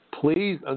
Please